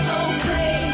okay